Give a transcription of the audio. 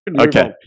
Okay